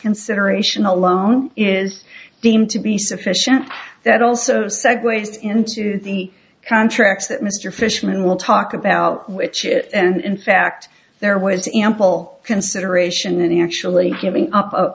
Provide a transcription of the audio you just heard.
consideration alone is deemed to be sufficient that also segues into the contracts that mr fishman will talk about which it and in fact there was ample consideration in actually giving up